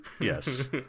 yes